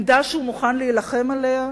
עמדה שהוא מוכן להילחם עליה.